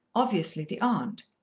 obviously the aunt.